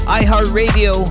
iHeartRadio